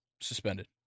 suspended